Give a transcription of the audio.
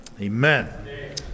Amen